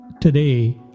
today